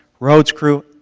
roads crew,